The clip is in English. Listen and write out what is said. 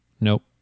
nope